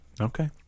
Okay